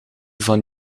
van